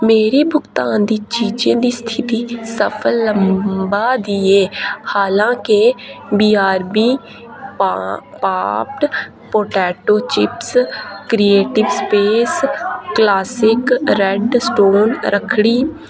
मेरे भुगतान दी चीजें दी स्थिति सफल लब्भै दी ऐ हालांके BRB popped potato chips creative space classic red stone रक्खड़ी